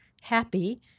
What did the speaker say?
happy